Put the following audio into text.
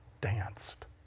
danced